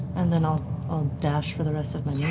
and then i'll dash for the rest of my yeah